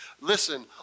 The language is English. Listen